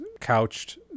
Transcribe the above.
couched